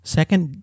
second